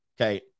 Okay